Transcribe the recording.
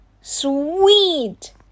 Sweet